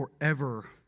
forever